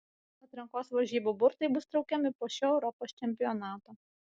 atrankos varžybų burtai bus traukiami po šio europos čempionato